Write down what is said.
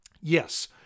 Yes